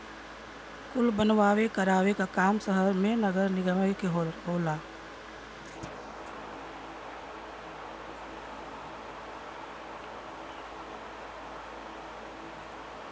कुल बनवावे करावे क काम सहर मे नगरे निगम के होला